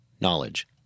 knowledge